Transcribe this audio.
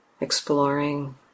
exploring